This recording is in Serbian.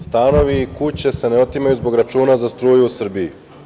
Stanovi i kuće se ne otimaju zbog računa za struju u Srbiji.